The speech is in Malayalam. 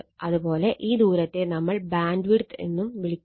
അത്പോലെ ഈ ദൂരത്തെ നമ്മൾ ബാൻഡ്വിഡ്ത്ത് എന്നും വിളിക്കുന്നു